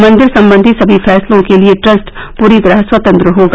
मन्दिर संबंधी सभी फैसलों के लिए ट्रस्ट पूरी तरह स्वतंत्र होगा